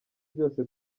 byose